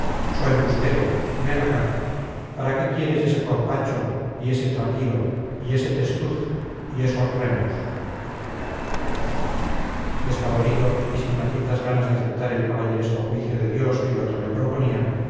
so embustero ven acá para qué quieres ese corpacho y ese trapío y ese testuz y esos remos despavorido y sin malditas ganas de aceptar el caballeresco juicio de dios que el otro le proponía